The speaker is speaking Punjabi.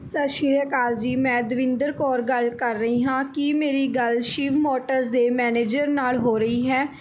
ਸਤਿ ਸ਼੍ਰੀ ਅਕਾਲ ਜੀ ਮੈਂ ਦਵਿੰਦਰ ਕੌਰ ਗੱਲ ਕਰ ਰਹੀ ਹਾਂ ਕੀ ਮੇਰੀ ਗੱਲ ਸ਼ਿਵ ਮੋਟਰਸ ਦੇ ਮੈਨੇਜਰ ਨਾਲ਼ ਹੋ ਰਹੀ ਹੈ